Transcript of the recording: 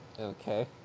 Okay